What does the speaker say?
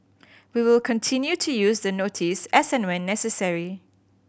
we will continue to use the notice as and when necessary